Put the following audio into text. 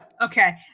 Okay